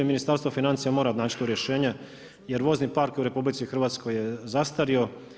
Ministarstvo financija mora naći tu rješenje jer vozni park u RH je zastario.